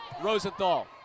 Rosenthal